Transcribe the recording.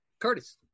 curtis